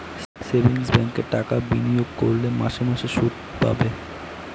savings ব্যাঙ্কে টাকা বিনিয়োগ করলে মাসে মাসে শুদ পাবে